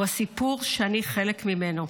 הוא הסיפור שאני חלק ממנו.